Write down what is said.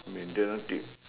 maintenance tip